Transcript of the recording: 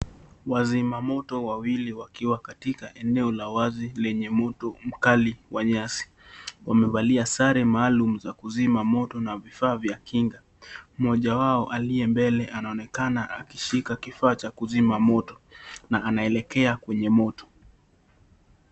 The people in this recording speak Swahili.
Wazima Moto wawili wakiwa katika eneo la wazi lenye Moto mkali wa nyasi. Wamevalia sare maalum ya kuzima moto na vifaa vya kukinga. Mmoja wao, aliye mbele, anaonekana akishika kifaa cha kuzima moto na anaelekea kwenye Moto.